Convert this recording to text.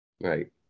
Right